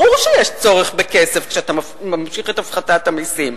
ברור שיש צורך בכסף כשאתה ממשיך את הפחתת המסים.